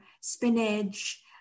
spinach